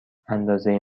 اندازه